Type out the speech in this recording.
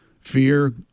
Fear